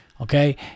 Okay